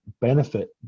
benefit